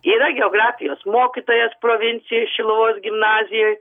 yra geografijos mokytojas provincijoj šiluvos gimnazijoj